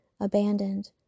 abandoned